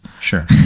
Sure